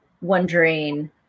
wondering